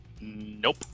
Nope